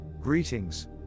Greetings